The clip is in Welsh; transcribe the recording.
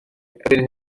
erbyn